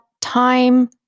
time